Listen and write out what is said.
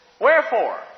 Wherefore